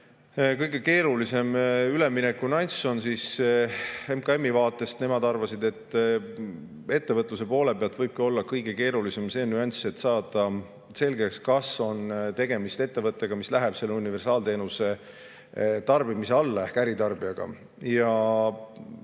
kõige keerulisem üleminekunüanss on MKM‑i vaates. Nemad arvasid, et ettevõtluse poole pealt võibki olla kõige keerulisem see nüanss, et saada selgeks, kas on tegemist ettevõttega, mis läheb selle universaalteenuse [regulatsiooni] alla, ehk äritarbijaga.